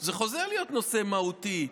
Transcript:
זה חוזר להיות נושא מהותי.